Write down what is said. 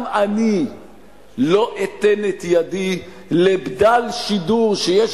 גם אני לא אתן את ידי לבדל שידור שיש